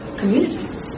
communities